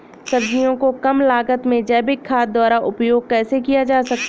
सब्जियों को कम लागत में जैविक खाद द्वारा उपयोग कैसे किया जाता है?